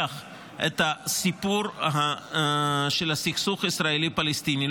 את הסיפור של הסכסוך הישראלי-פלסטיני.